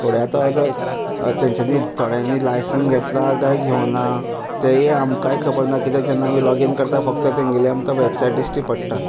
थोडे आतां आतां आ तांच्यानी थोड्यांनी लायसन घेतलां काय घेवं ना तेंय आमकांय खबन्ना किद्याक जेन्ना आमी लॉगीन करता फक्त तेंगेले आमकां वॅबसायट दिश्टी पडटा